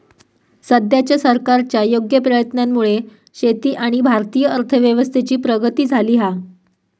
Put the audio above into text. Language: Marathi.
सद्याच्या सरकारच्या योग्य प्रयत्नांमुळे शेती आणि भारतीय अर्थव्यवस्थेची प्रगती झाली हा